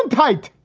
and tight,